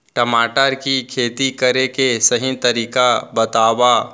टमाटर की खेती करे के सही तरीका बतावा?